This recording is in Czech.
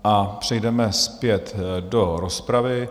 A přejdeme zpět do rozpravy.